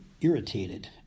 irritated